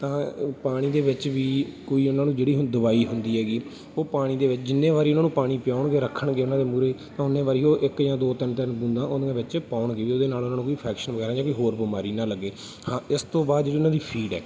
ਤਾਂ ਅ ਪਾਣੀ ਦੇ ਵਿੱਚ ਵੀ ਕੋਈ ਉਹਨਾਂ ਨੂੰ ਜਿਹੜੀ ਹੁਣ ਦਵਾਈ ਹੁੰਦੀ ਹੈਗੀ ਉਹ ਪਾਣੀ ਦੇ ਵਿੱਚ ਜਿੰਨੇ ਵਾਰੀ ਉਹਨਾਂ ਨੂੰ ਪਾਣੀ ਪਿਆਉਣਗੇ ਰੱਖਣਗੇ ਉਹਨਾਂ ਦੇ ਮੂਹਰੇ ਤਾਂ ਉਨੇ ਵਾਰੀ ਉਹ ਇੱਕ ਜਾਂ ਦੋ ਤਿੰਨ ਤਿੰਨ ਬੂੰਦਾਂ ਉਹਦੀਆਂ ਵਿੱਚ ਪਾਉਣਗੇ ਵੀ ਉਹਦੇ ਨਾਲ ਉਹਨਾਂ ਨੂੰ ਕੋਈ ਇੰਫੈਕਸ਼ਨ ਵਗੈਰਾ ਜਾਂ ਕੋਈ ਹੋਰ ਬਿਮਾਰੀ ਨਾ ਲੱਗੇ ਹਾਂ ਇਸ ਤੋਂ ਬਾਅਦ ਜਿਹੜੀ ਉਹਨਾਂ ਦੀ ਫੀਡ ਹੈ